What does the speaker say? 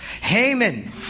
Haman